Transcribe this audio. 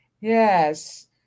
Yes